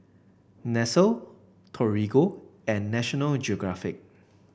Nestle Torigo and National Geographic